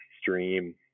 stream